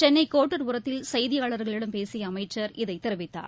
சென்னைகோட்டூர்புரத்தில் செய்தியாளர்களிடம் பேசியஅமைச்சர் இதைத் தெரிவித்தார்